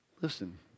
Listen